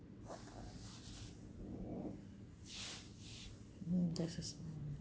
mm there's this one